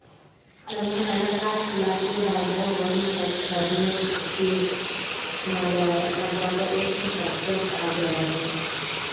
ನಮ್ ಹಣಕಾಸ್ ಇಲಾಖೆದಾಗ ಒಂದ್ ಹತ್ತ್ ಹದಿನೈದು ಸ್ಕೇಮ್ ಮಾಡ್ಯಾರ ಅದ್ರಾಗ ಎಷ್ಟ ಸಕ್ಸಸ್ ಆಗ್ಯಾವನೋ